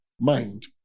mind